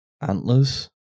antlers